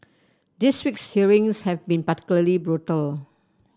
this week's hearings have been particularly brutal